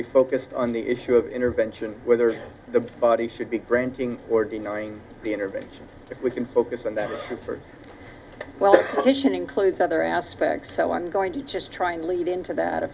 be focused on the issue of intervention whether the body should be granting or denying the intervention if we can focus on that for well positioned includes other aspects so i'm going to just try and lead in to that